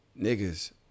Niggas